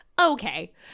Okay